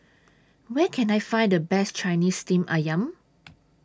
Where Can I Find The Best Chinese Steamed Ayam